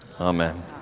Amen